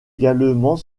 également